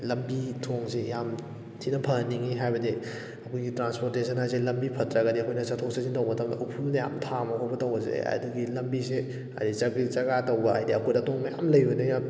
ꯂꯝꯕꯤ ꯊꯣꯡꯁꯦ ꯌꯥꯝ ꯊꯤꯅ ꯐꯍꯟꯅꯤꯡꯉꯤ ꯍꯥꯏꯕꯗꯤ ꯑꯩꯈꯣꯏꯒꯤ ꯇ꯭ꯔꯥꯟꯁꯄꯣꯔꯇꯦꯁꯟ ꯍꯥꯏꯁꯦ ꯂꯝꯕꯤ ꯐꯠꯇ꯭ꯔꯒꯗꯤ ꯑꯩꯈꯣꯏꯅ ꯆꯠꯊꯣꯛ ꯆꯠꯁꯤꯟ ꯇꯧꯕ ꯃꯇꯝꯗ ꯎꯐꯨꯜ ꯌꯥꯝ ꯊꯥꯡꯕ ꯈꯣꯠꯄ ꯇꯧꯕꯁꯦ ꯑꯗꯨꯒꯤ ꯂꯝꯕꯤꯁꯦ ꯍꯥꯏꯕꯗꯤ ꯆꯒ꯭ꯔꯤꯛ ꯆꯥꯒꯥ ꯇꯧꯕ ꯍꯥꯏꯕꯗꯤ ꯑꯀꯨꯠ ꯑꯇꯣꯡ ꯃꯌꯥꯝ ꯂꯩꯕꯅꯤꯅ